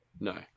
no